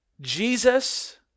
Jesus